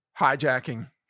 hijacking